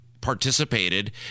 participated